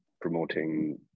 promoting